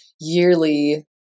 yearly